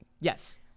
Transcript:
Yes